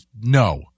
no